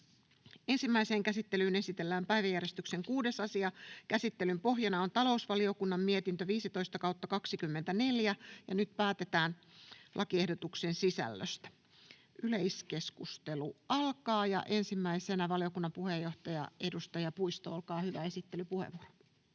Ensimmäiseen käsittelyyn esitellään päiväjärjestyksen 6. asia. Käsittelyn pohjana on talousvaliokunnan mietintö TaVM 15/2024 vp. Nyt päätetään lakiehdotuksen sisällöstä. — Yleiskeskustelu alkaa. Ensimmäisenä valiokunnan puheenjohtaja, edustaja Puisto, olkaa hyvä, esittelypuheenvuoro.